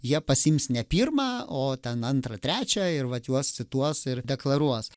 jie pasiims ne pirmą o ten antrą trečią ir vat juos cituos ir deklaruos